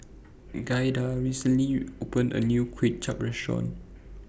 Giada recently opened A New Kuay Chap Restaurant